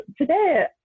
today